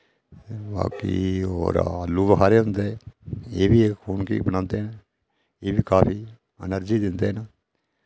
बाकी होर आलू बखारे होंदे एह् बी एह् खून गी बनांदे न एह् बी काफी एनर्जी दिंदे न